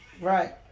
Right